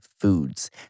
foods